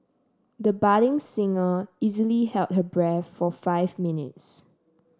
the budding singer easily held her breath for five minutes